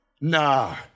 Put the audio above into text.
nah